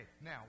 Now